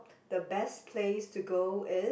the best place to go is